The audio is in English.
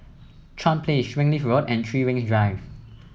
Chuan Place Springleaf Road and Three Ring Drive